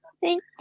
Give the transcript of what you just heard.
Thank